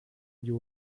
you